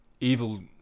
Evil